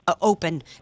open